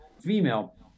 female